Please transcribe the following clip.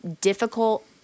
difficult